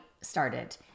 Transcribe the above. started